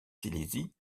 silésie